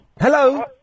Hello